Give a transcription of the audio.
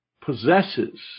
possesses